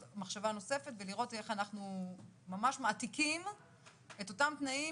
מחשבה נוספת ולראות איך אנחנו ממש מעתיקים את אותם תנאים,